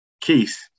Keith